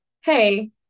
Hey